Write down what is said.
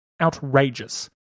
outrageous